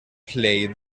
play